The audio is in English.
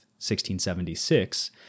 1676